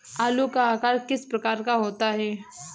आलू का आकार किस प्रकार का होता है?